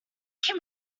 can